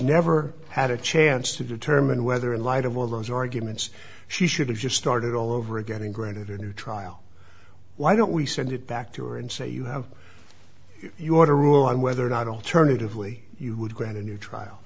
never had a chance to determine whether in light of all those arguments she should have just started all over again and granted a new trial why don't we send it back to her and say you have you want to rule on whether or not alternatively you would grant a new trial